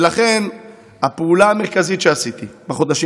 ולכן הפעולה המרכזית שעשיתי בחודשים